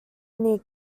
near